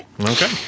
Okay